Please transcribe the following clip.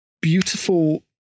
beautiful